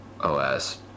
OS